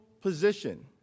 position